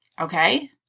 Okay